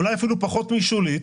אולי אפילו פחות משולית,